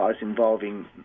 involving